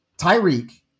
Tyreek